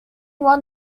won